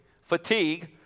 fatigue